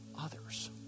others